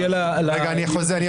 הבא.